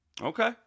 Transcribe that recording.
Okay